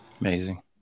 Amazing